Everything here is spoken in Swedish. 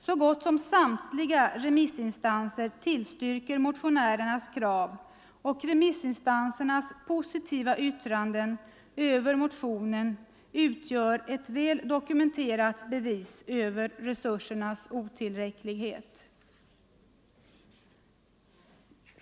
Så gott som samtliga remissinstanser tillstyrker motionärernas krav, och remissinstansernas positiva yttranden över motionen 91 utgör ett väl dokumenterat bevis över resursernas otillräcklighet.